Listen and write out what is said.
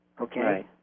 Okay